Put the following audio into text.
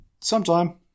sometime